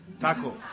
Taco